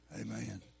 Amen